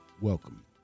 Welcome